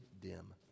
dim